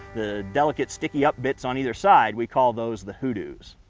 the delicate sticky up bits on either side, we call those the hoodoos.